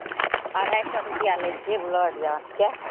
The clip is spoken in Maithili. अढ़ाइ सए रुपैआ लै छियै ब्लड जाँचके